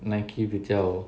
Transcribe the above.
Nike 比较